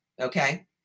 Okay